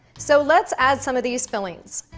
so, let's add some of these fillings.